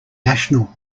national